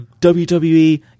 WWE